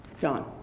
John